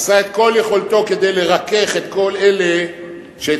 עשה את כל יכולתו כדי לרכך את כל אלה שאת